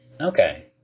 Okay